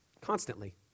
Constantly